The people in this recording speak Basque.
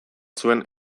zuen